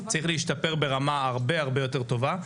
צריך להשתפר ברמה הרבה יותר טובה,